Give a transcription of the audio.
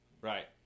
Right